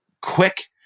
quick